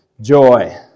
joy